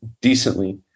decently